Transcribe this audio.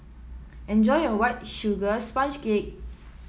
enjoy your White Sugar Sponge Cake